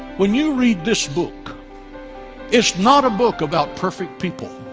when you read this book it's not a book about perfect people